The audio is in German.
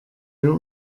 wir